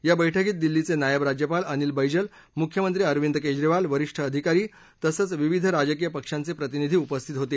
या बैठकीत दिल्लीचे नायब राज्यपाल अनिल बैजल मुख्यमंत्री अरविंद केजरीवाल वरीष्ठ अधिकारी तसंच विविध राजकीय पक्षांचे प्रतिनिधी उपस्थित होते